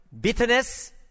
bitterness